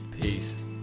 Peace